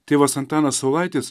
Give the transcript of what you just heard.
tėvas antanas saulaitis